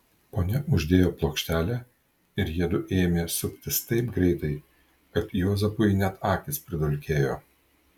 ponia uždėjo plokštelę ir jiedu ėmė suktis taip greitai kad juozapui net akys pridulkėjo